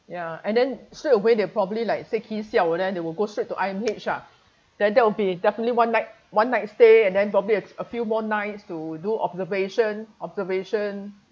ya and then straightaway they probably like say kee siao then they will go straight to I_M_H ah then that will be definitely one night one night stay and then probably it's a few more nights to do observation observation